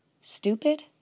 stupid